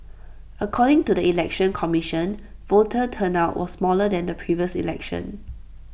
according to the election commission voter turnout was smaller than the previous election